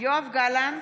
יואב גלנט,